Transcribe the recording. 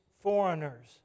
foreigners